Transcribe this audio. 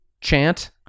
chant